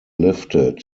lifted